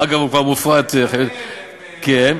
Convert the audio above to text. אגב, הוא כבר מופרט, את רפא"ל הם גם כן מפריטים.